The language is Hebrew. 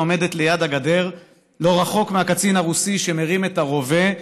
שעומדת ליד הגדר לא רחוק מהקצין הרוסי שמרים את הרובה,